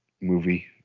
movie